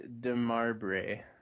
Demarbre